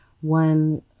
one